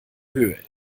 höhe